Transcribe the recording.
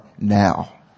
now